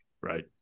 Right